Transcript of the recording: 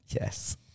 Yes